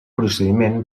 procediment